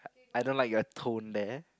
I don't like your tone there